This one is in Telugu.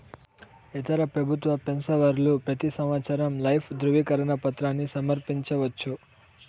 ఇతర పెబుత్వ పెన్సవర్లు పెతీ సంవత్సరం లైఫ్ దృవీకరన పత్రాని సమర్పించవచ్చు